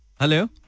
hello